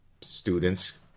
students